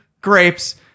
grapes